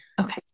Okay